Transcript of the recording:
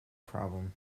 problem